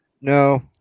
No